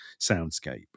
soundscape